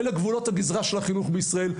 אלה גבולות הגזרה של החינוך בישראל.